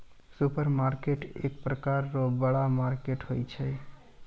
supermarket एक प्रकार रो बड़ा मार्केट होय छै